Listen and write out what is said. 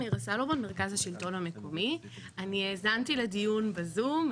אני האזנתי לדיון בזום.